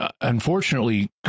Unfortunately